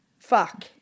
Fuck